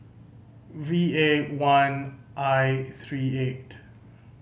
V A one I three eight